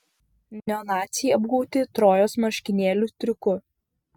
neonaciai apgauti trojos marškinėlių triuku